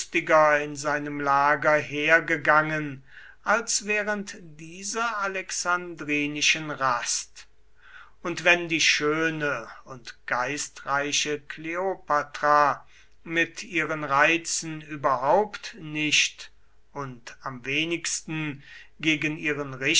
in seinem lager hergegangen als während dieser alexandrinischen rast und wenn die schöne und geistreiche kleopatra mit ihren reizen überhaupt nicht und am wenigsten gegen ihren